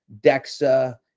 DEXA